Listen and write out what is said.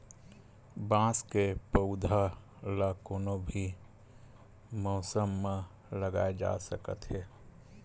बांस के पउधा ल कोनो भी मउसम म लगाए जा सकत हे